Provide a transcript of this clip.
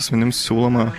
asmenims siūloma